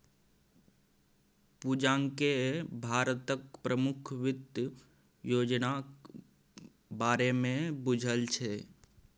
पूजाकेँ भारतक प्रमुख वित्त योजनाक बारेमे बुझल छै